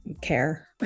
care